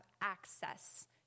access